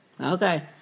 Okay